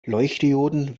leuchtdioden